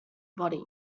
body